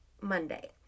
Monday